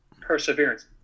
perseverance